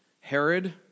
Herod